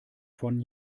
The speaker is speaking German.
von